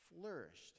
flourished